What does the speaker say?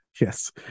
Yes